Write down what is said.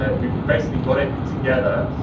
and we've we've basically got it together.